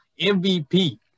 MVP